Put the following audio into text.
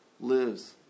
lives